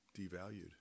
devalued